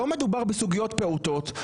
לא מדובר בסוגיות פעוטות,